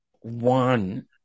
one